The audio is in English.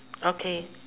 okay